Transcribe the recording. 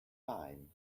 thyme